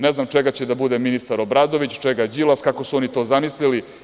Ne znam čega će da bude ministar Obradović, čega Đilas, kako su oni to zamislili.